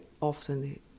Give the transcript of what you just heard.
often